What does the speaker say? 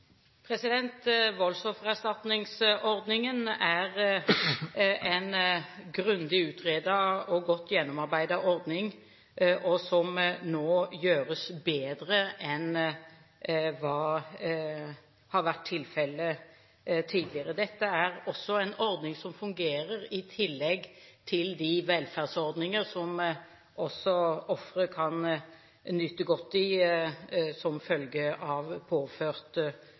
Voldsoffererstatningsordningen er en grundig utredet og godt gjennomarbeidet ordning, som nå gjøres bedre enn tidligere. Dette er også en ordning som fungerer i tillegg til de velferdsordninger som ofre kan nyte godt av som følge av påført